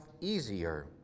easier